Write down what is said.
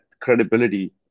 credibility